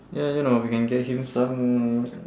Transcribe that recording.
ya you know we can get him some